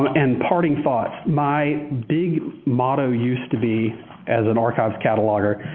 and parting thoughts. my big motto used to be as an archives cataloger,